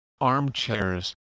armchairs